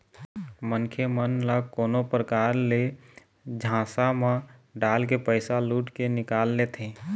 मनखे मन ल कोनो परकार ले झांसा म डालके पइसा लुट के निकाल लेथें